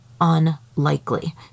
unlikely